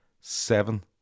seven